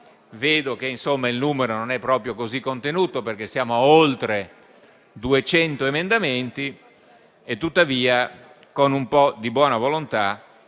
vedo che il numero non è proprio così contenuto, perché siamo ad oltre 200 emendamenti. Tuttavia, con un po' di buona volontà,